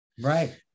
Right